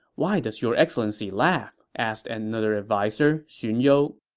why does your excellency laugh? asked another adviser, xun you